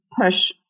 push